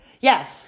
Yes